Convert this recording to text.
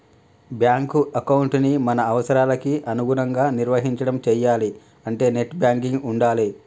bank ఎకౌంటుని మన అవసరాలకి అనుగుణంగా నిర్వహించడం చెయ్యాలే అంటే నెట్ బ్యాంకింగ్ ఉండాలే